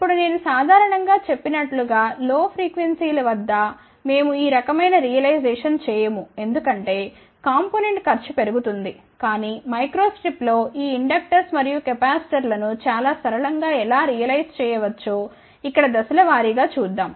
ఇప్పుడు నేను సాధారణం గా చెప్పినట్లు గా లో ఫ్రీక్వెన్సీల వద్ద మేము ఈ రకమైన రియలైజేషన్ చేయము ఎందుకంటే కాంపొనెంట్ ఖర్చు పెరుగుతుంది కాని మైక్రోస్ట్రిప్లో ఈ ఇండక్టర్స్ మరియు కెపాసిటర్ లను చాలా సరళం గా ఎలా రియలైజ్ చేయవచ్చో ఇక్కడ దశల వారీ గా చూద్దాం